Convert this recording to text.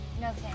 no